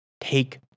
take